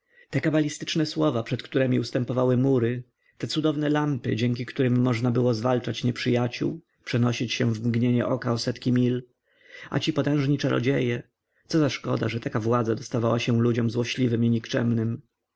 te kabalistyczne słowa przed któremi ustępowały mury te cudowne lampy dzięki którym można było zwalczać nieprzyjaciół przenosić się w mgnieniu oka o setki mil a ci potężni czarodzieje co za szkoda że taka władza dostawała się ludziom złośliwym i